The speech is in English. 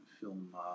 film